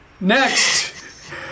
Next